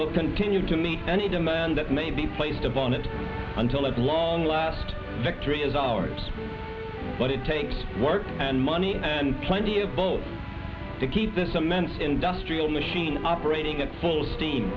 will continue to meet any demand that may be placed of on it until as long last victory is ours but it takes work and money and plenty of both to keep this immense industrial machine operating at full steam